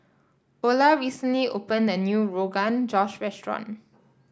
Ola recently opened a new Rogan Josh restaurant